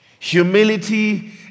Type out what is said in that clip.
Humility